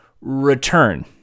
return